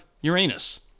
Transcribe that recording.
Uranus